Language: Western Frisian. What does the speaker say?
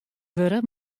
wurde